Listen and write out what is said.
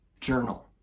journal